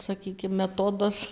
sakykim metodas